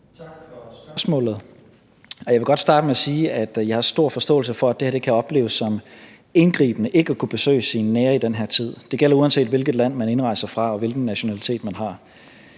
Tak for spørgsmålet. Jeg vil godt starte med at sige, at jeg har stor forståelse for, at det kan opleves som indgribende ikke at kunne besøge sine nære i den her tid. Det gælder, uanset hvilket land man indrejser fra, og hvilken nationalitet man har.